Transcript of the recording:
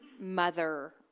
mother